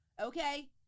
Okay